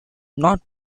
not